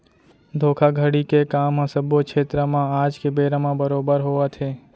धोखाघड़ी के काम ह सब्बो छेत्र म आज के बेरा म बरोबर होवत हे